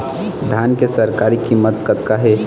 धान के सरकारी कीमत कतका हे?